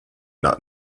not